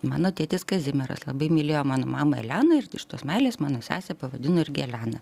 mano tėtis kazimieras labai mylėjo mano mamą eleną ir iš tos meilės mano sesę pavadino irgi elena